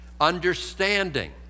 Understanding